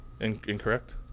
incorrect